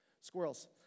squirrels